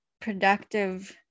productive